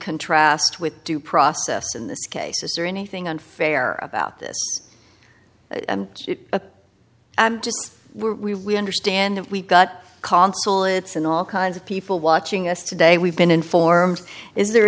contrast with due process in this case is there anything unfair about this and we understand we've got consulates and all kinds of people watching us today we've been informed is there